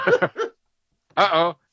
uh-oh